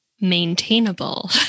maintainable